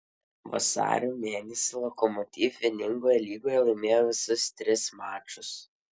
vasario mėnesį lokomotiv vieningoje lygoje laimėjo visus tris mačus